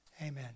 Amen